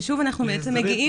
ששוב אנחנו מגיעים --- זה הסדרי